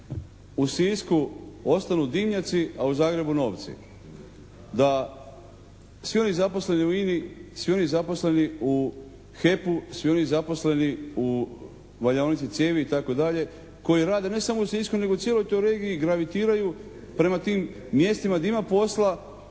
u Sisku ostanu dimnjaci, a u Zagrebu novci? Da svi oni zaposleni u INA-i, svi oni zaposleni u HEP-u, svi oni zaposleni u valjaonici cijevi, itd., koji rade ne samo u Sisku nego cijeloj toj regiji gravitiraju prema tim mjestima gdje ima posla,